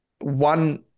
one